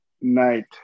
night